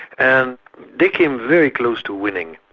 and they came very close to winning,